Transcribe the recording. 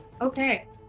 Okay